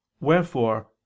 Wherefore